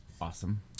awesome